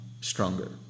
stronger